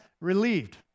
relieved